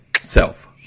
Self